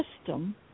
system